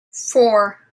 four